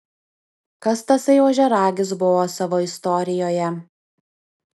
kas tasai ožiaragis buvo savo istorijoje